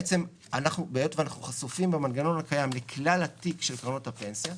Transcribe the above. והיות שאנחנו חשופים במנגנון הקיים לכלל התיק של קרנות הפנסיה,